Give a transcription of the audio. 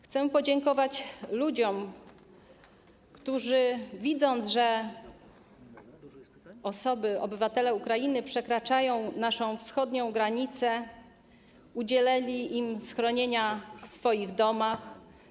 Chcę podziękować ludziom, którzy widząc, że osoby, obywatele Ukrainy przekraczają naszą wschodnią granicę, udzielili im schronienia w swoich domach.